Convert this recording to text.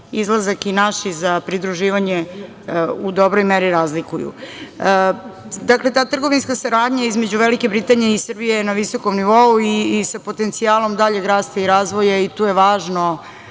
izlazak i naši za pridruživanje u dobroj meri razlikuju. Dakle, ta trgovinska saradnja između Velike Britanije i Srbije je na visokom nivou i sa potencijalom daljeg rasta i razvoja. Tu je važno,